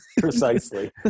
precisely